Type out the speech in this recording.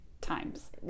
times